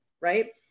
Right